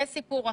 זה סיפור אחר.